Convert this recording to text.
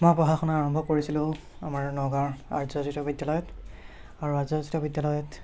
মই পঢ়া শুনা আৰম্ভ কৰিছিলোঁ আমাৰ নগাঁৱৰ আৰ্য জাতীয় বিদ্যালয়ত আৰু আৰ্য জাতীয় বিদ্যালয়ত